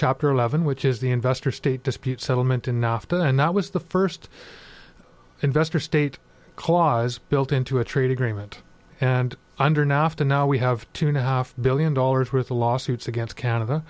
chapter eleven which is the investor state dispute settlement enough and that was the first investor state clause built into a trade agreement and under nafta now we have two no half billion dollars worth of lawsuits against canada